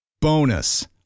Bonus